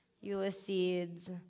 Ulysses